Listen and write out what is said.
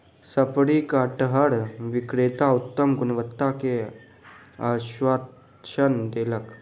शफरी कटहर विक्रेता उत्तम गुणवत्ता के आश्वासन देलक